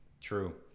True